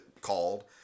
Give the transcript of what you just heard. called